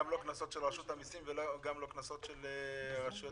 לא קנסות של רשות המיסים וגם לא קנסות של רשויות אחרות?